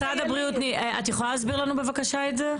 משרד הבריאות, את יכולה להסביר לנו בבקשה את זה?